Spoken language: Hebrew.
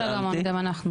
משה סלומון, גם אנחנו.